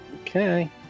Okay